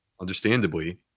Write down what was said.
understandably